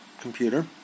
computer